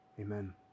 Amen